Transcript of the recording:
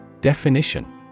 Definition